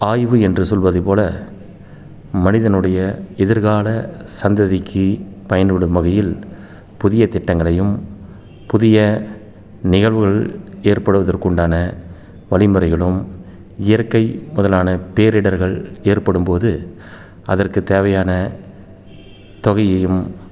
ஆய்வு என்று சொல்வதைப் போல மனிதனுடைய எதிர்கால சந்ததிக்கு பயன்படும் வகையில் புதிய திட்டங்களையும் புதிய நிகழ்வுகள் ஏற்படுவதற்கு உண்டான வழிமுறைகளும் இயற்கை முதலான பேரிடர்கள் ஏற்படும்போது அதற்கு தேவையான தொகையையும்